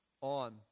on